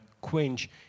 quench